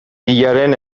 hilaren